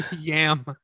Yam